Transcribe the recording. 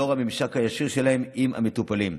לאור הממשק הישיר שלהם עם המטופלים.